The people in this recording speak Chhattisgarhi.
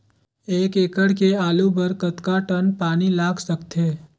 एक एकड़ के आलू बर कतका टन पानी लाग सकथे?